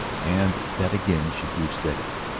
and that again she grew steady.